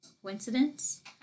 coincidence